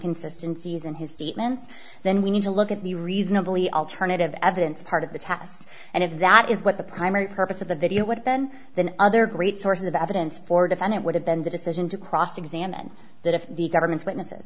consistencies in his statements then we need to look at the reasonably alternative evidence part of the text and if that is what the primary purpose of the video what ben than other great sources of evidence for defendant would have been the decision to cross examine that if the government's witnesses